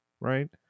right